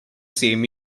same